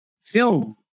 film